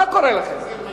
מה קורה לכם?